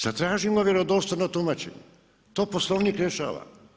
Zatražimo vjerodostojno tumačenje, to Poslovnik rješava.